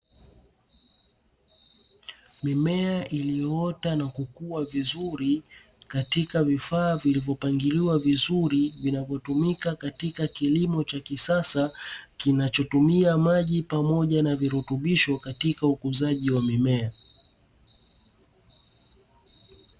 Mimea iliyoota na kukuwa vizuri katika vifaa vilivyopangiliwa vizuri vinavyotumika katika kilimo cha kisasa kinachotumia maji pamoja na virutubisho, katika ukuzaji wa mimea.